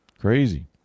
Crazy